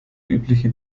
übliche